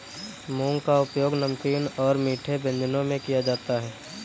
मूंग का उपयोग नमकीन और मीठे व्यंजनों में किया जाता है